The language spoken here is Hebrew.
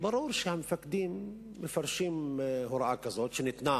ברור שהמפקדים מפרשים הוראה כזאת, שניתנה